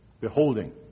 Beholding